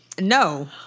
No